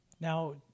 Now